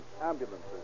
ambulances